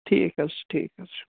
ٹھیٖک حظ چھُ ٹھیٖک حظ چھُ